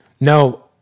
No